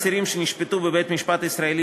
לעניין אסירים שנשפטו בבית-משפט ישראלי,